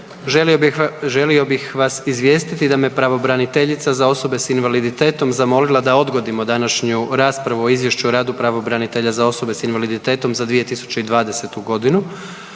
želio bih vas izvijestiti da me pravobraniteljica za osobe s invaliditetom zamolila da odgodimo današnju raspravu o Izvješću o radu pravobranitelja za osobe s invaliditetom za 2020.g.